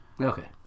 okay